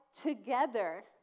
together